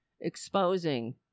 exposing